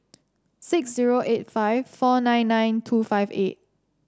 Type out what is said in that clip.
six zero eight five four nine nine two five eight